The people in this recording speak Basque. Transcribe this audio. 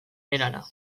erara